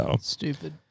Stupid